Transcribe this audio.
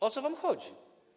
O co wam chodzi?